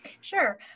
Sure